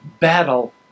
battle